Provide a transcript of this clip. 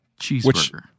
Cheeseburger